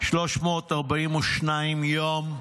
342 יום.